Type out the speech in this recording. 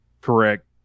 Correct